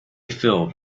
filled